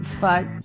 fuck